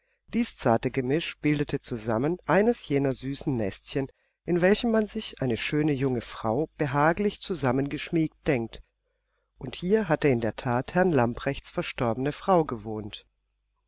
dies zarte gemisch bildete zusammen eines jener süßen nestchen in welchem man sich eine schöne junge frau behaglich zusammengeschmiegt denkt und hier hatte in der that herrn lamprechts verstorbene frau gewohnt